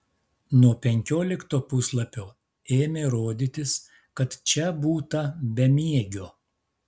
nuo penkiolikto puslapio ėmė rodytis kad čia būta bemiegio